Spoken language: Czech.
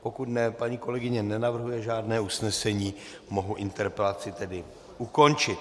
Pokud ne, paní kolegyně nenavrhuje žádné usnesení, mohu tedy interpelaci ukončit.